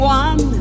one